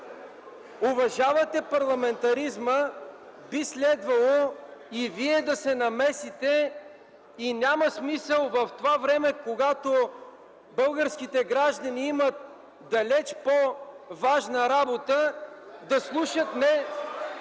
уважавате парламентаризма, би следвало и Вие да се намесите. Няма смисъл в това време, в което българските граждани имат далече по-важна работа, да слушат нещо,